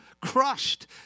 crushed